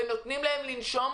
שהם נותני השירותים שלנו,